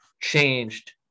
changed